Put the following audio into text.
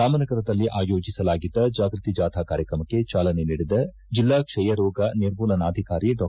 ರಾಮನಗರದಲ್ಲಿ ಆಯೋಜಿಸಲಾಗಿದ್ದ ಜಾಗೃತಿ ಜಾಥಾ ಕಾರ್ಯಕ್ರಮಕ್ಕೆ ಚಾಲನೆ ನೀಡಿದ ಜಿಲ್ಲಾ ಕ್ಷಯರೋಗ ನಿರ್ಮೂಲನಾಧಿಕಾರಿ ಡಾ